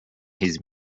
his